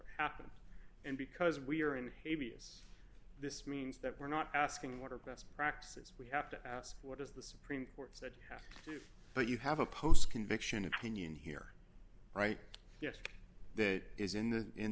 it happened and because we are in a b s this means that we're not asking what are best practices we have to ask what is the supreme court said to have but you have a post conviction opinion here right yes that is in the in